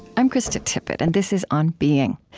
i'm krista tippett, and this is on being.